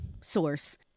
source